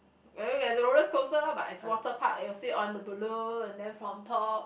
rollercoaster lor but it's water park and you will sit on the balloon and then from top